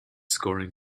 scoring